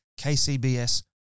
KCBS